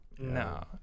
no